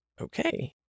Okay